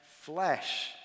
flesh